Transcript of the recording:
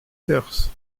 perse